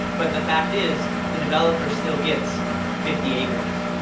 but the fact is, the developer still gets fifty acres.